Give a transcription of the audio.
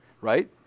right